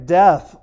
death